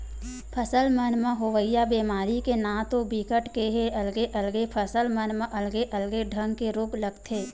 फसल मन म होवइया बेमारी के नांव तो बिकट के हे अलगे अलगे फसल मन म अलगे अलगे ढंग के रोग लगथे